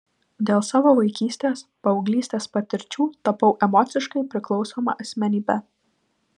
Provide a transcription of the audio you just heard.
dėl savo vaikystės paauglystės patirčių tapau emociškai priklausoma asmenybe